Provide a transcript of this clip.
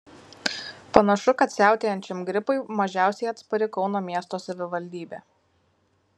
panašu kad siautėjančiam gripui mažiausiai atspari kauno miesto savivaldybė